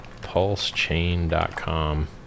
PulseChain.com